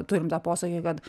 turim tą posakį kad